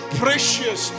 precious